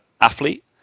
athlete